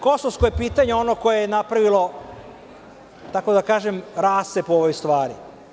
Kosovsko je pitanje ono koje je napravilo, tako da kažem, rascep u ovoj stvari.